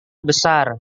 besar